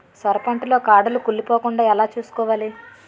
సొర పంట లో కాడలు కుళ్ళి పోకుండా ఎలా చూసుకోవాలి?